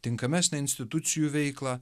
tinkamesnę institucijų veiklą